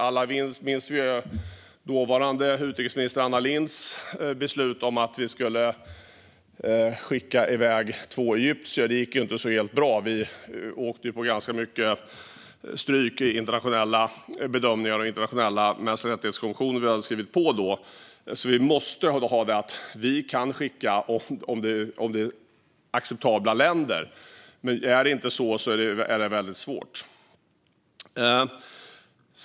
Alla minns vi dåvarande utrikesminister Anna Lindhs beslut om att vi skulle skicka iväg två egyptier. Det gick inte helt bra. Vi åkte på ganska mycket stryk i internationella bedömningar och när det gällde internationella konventioner om mänskliga rättigheter som vi hade skrivit på. Vi kan skicka iväg om det är acceptabla länder, men är det inte så är det väldigt svårt.